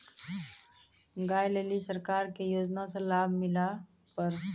गाय ले ली सरकार के योजना से लाभ मिला पर?